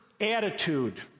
attitude